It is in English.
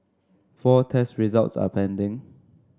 four test results are pending